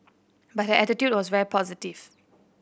but her attitude was very positive